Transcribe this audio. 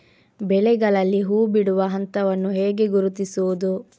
ಬೆಳೆಗಳಲ್ಲಿ ಹೂಬಿಡುವ ಹಂತವನ್ನು ಹೇಗೆ ಗುರುತಿಸುವುದು?